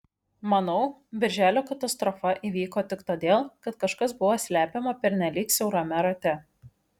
manau birželio katastrofa įvyko tik todėl kad kažkas buvo slepiama pernelyg siaurame rate